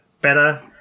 better